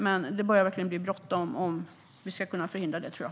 Men det börjar bli bråttom om vi ska kunna förhindra det, tror jag.